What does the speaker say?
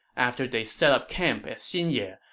after they set up camp at xinye,